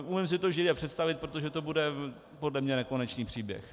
Umím si to živě představit, protože to bude podle mě nekonečný příběh.